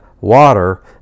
water